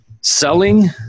selling